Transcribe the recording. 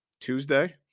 Tuesday